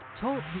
Talk